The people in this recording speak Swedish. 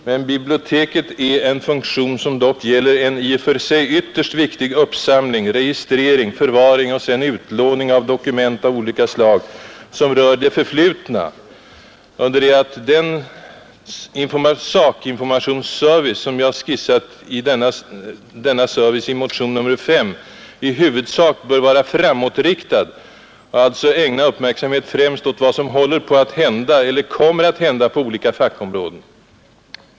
Men biblioteket är en funktion som dock gäller en i och för sig ytterst viktig uppsamling, registrering, förvaring och sedan utlåning av dokument av olika slag, som rör det förflutna, under det att den sakinformationsservice som jag har skissat i motionen 5 i huvudsak bör vara framåtriktad och alltså ägna uppmärksamhet främst åt vad som håller på att hända eller kommer att hända på olika fackområden.